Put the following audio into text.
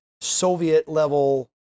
Soviet-level